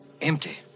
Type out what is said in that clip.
Empty